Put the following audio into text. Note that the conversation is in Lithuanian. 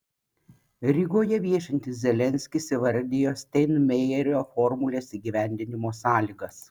rygoje viešintis zelenskis įvardijo steinmeierio formulės įgyvendinimo sąlygas